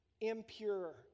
impure